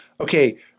okay